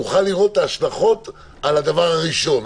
נוכל לראות את ההשלכות על הדבר הראשון,